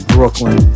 Brooklyn